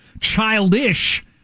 childish